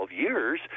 years